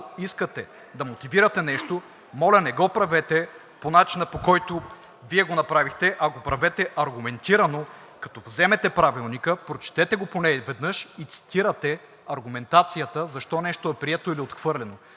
искате да мотивирате нещо, моля, не го правете по начина, по който Вие го направихте, а го правете аргументирано! Като вземете Правилника, прочетете го поне веднъж. И цитирайте аргументацията защо нещо е прието или отхвърлено.